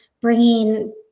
bringing